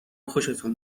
خوشتون